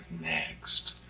next